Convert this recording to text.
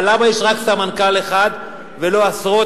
אבל למה יש רק סמנכ"ל אחד ולא עשרות